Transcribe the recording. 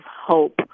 hope